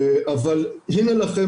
אבל הנה לכם,